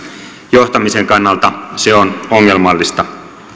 johtamisen kannalta se on ongelmallista